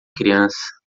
criança